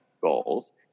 goals